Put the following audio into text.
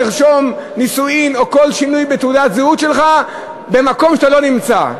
לרשום נישואין או כל שינוי בתעודת הזהות שלך במקום שאתה לא נמצא.